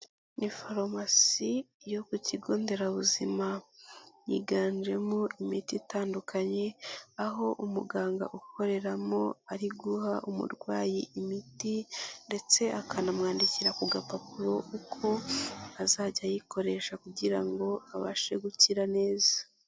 Ni farumasi yo ku kigo nderabuzima yiganjemo imiti itandukanye aho umuganga ukoreramo ari guha umurwayi imiti ndetse akanamwandikira ku gapapuro uko azajya ayikoresha kugira ngo abashe gukira neza.